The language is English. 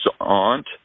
aunt